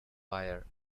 fire